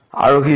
আরো কিছু